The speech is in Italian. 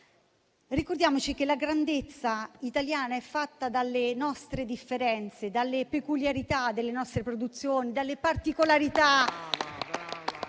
Ricordiamoci che la grandezza italiana è fatta dalle nostre differenze, dalle peculiarità delle nostre produzioni, dalle particolarità